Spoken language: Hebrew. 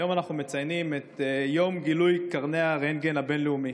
היום אנחנו מציינים את יום גילוי קרני הרנטגן הבין-לאומי.